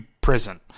prison